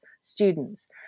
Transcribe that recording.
students